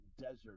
desert